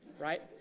Right